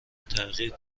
تغییر